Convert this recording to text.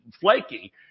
flaky